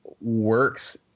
works